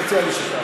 תציע לי כשתעלה.